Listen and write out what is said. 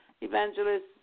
Evangelist